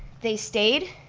they stayed,